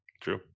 true